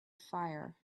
fire